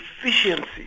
efficiency